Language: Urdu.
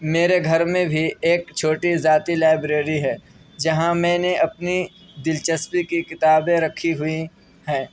میرے گھر میں بھی ایک چھوٹی ذاتی لائبریری ہے جہاں میں نے اپنی دلچسپی کی کتابیں رکھی ہوئی ہیں